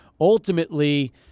ultimately